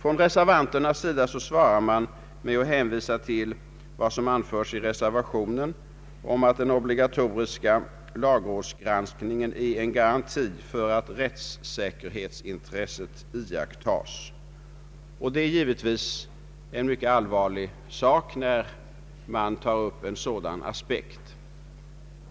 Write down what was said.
Reservanterna svarar med att hänvisa till det som anförs i reservationen om att den obligatoriska lagrådsgranskningen är en garanti för att rättssäkerhetsintresset iakttas, och det är givetvis en mycket allvarlig sak när man tar upp en sådan aspekt.